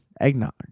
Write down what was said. eggnog